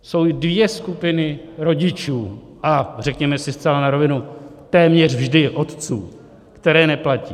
Jsou dvě skupiny rodičů a řekněme si zcela na rovinu, téměř vždy otců které neplatí.